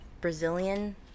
brazilian